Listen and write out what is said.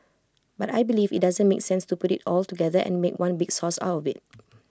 but I believe IT doesn't make sense to put IT all together and make one big sauce out of IT